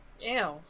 Ew